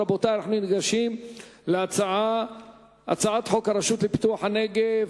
רבותי, אנחנו ניגשים להצעת חוק הרשות לפיתוח הנגב